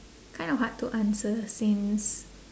kind of hard to answer since